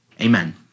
amen